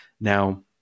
Now